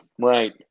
Right